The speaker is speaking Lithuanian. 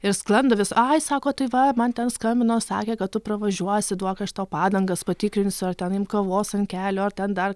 ir sklando vis ai sako tai va man ten skambino sakė kad tu pravažiuosi duok aš tau padangas patikrinsiu ar ten im kavos ant kelio ar ten dar